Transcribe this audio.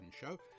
Show